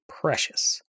precious